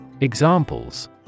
Examples